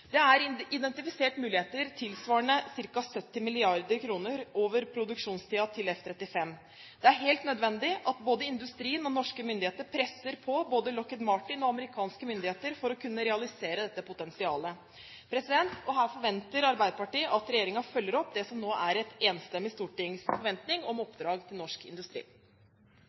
industrilokomotivene. Det er identifisert muligheter tilsvarende ca. 70 mrd. kr over produksjonstiden til F-35. Det er helt nødvendig at både industrien og norske myndigheter presser på både Lockheed Martin og amerikanske myndigheter for å kunne realisere dette potensialet. Her forventer Arbeiderpartiet at regjeringen følger opp det som nå er et enstemmig stortings forventning om oppdrag til norsk industri.